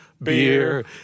Beer